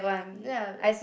ya